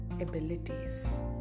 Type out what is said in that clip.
abilities